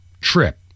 trip